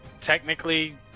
Technically